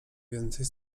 więcej